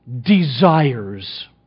desires